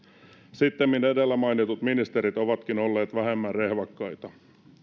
sittemmin edellä mainitut ministerit ovatkin olleet vähemmän rehvakkaita